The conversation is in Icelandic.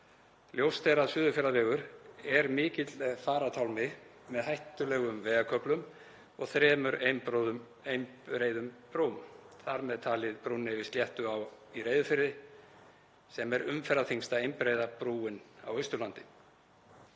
Ljóst er að Suðurfjarðavegur er mikill farartálmi með hættulegum vegarköflum og þremur einbreiðum brúm, þar með talið brúnni yfir Sléttuá í Reyðarfirði sem er umferðarþyngsta einbreiða brúin á Austurlandi.